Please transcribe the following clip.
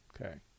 Okay